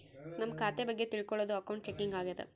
ನಮ್ ಖಾತೆ ಬಗ್ಗೆ ತಿಲ್ಕೊಳೋದು ಅಕೌಂಟ್ ಚೆಕಿಂಗ್ ಆಗ್ಯಾದ